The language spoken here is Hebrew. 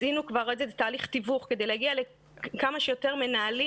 עשינו כבר תהליך תיווך כדי להגיע לכמה שיותר מנהלים